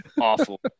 Awful